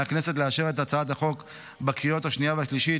מהכנסת לאשר את הצעת החוק בקריאה השנייה והשלישית,